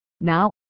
Now